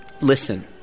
listen